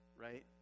right